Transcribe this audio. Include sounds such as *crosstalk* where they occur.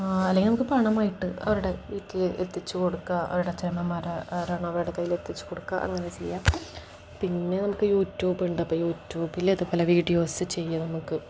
ആ അല്ലെങ്കിൽ നമുക്ക് പണമായിട്ട് അവരുടേക്ക് എത്തിച്ചു കൊടുക്കുക അവരുടെ *unintelligible* അവരുടെ കയ്യിൽ എത്തിച്ചു കൊടുക്കുക അങ്ങനെ ചെയ്യാം പിന്നെ നമുക്ക് യൂട്യൂബുണ്ട് അപ്പം യൂട്യൂബിൽ ഇതു പോലെ വീഡിയോസ് ചെയ്യാം നമുക്ക്